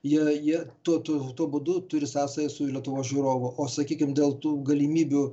jie jie tuo tuo tuo būdu turi sąsajų su lietuvos žiūrovu o sakykim dėl tų galimybių